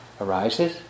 arises